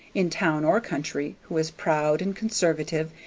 in town or country, who is proud, and conservative,